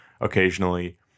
occasionally